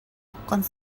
аккан